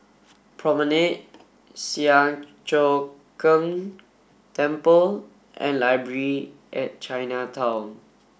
promenade Siang Cho Keong Temple and Library at Chinatown